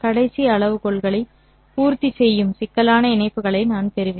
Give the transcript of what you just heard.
கடைசி அளவுகோல்களை பூர்த்தி செய்யும் சிக்கலான இணைப்புகளை நான் பெறுவேன்